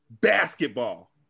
basketball